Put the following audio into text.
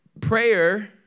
Prayer